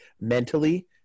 mentally